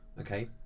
okay